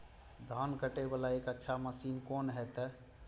धान कटे वाला एक अच्छा मशीन कोन है ते?